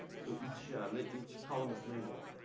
so each like each column is labeled.